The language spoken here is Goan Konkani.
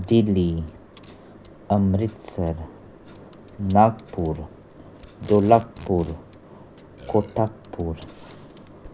दिल्ली अमृतसर नागपूर दोलाखपूर कोटापूर